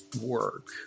work